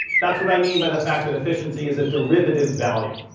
that's what i mean by the fact that efficiency is a derivative value.